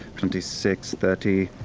twenty six, thirty,